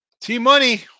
T-Money